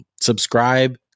subscribe